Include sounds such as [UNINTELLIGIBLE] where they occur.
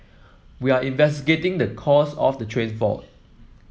we are [UNINTELLIGIBLE] the cause of the train fault